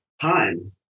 time